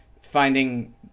finding